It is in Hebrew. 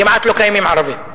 כמעט לא קיימים ערבים.